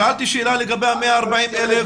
שאלתי שאלה לגבי ה-140,000.